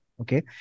Okay